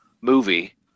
movie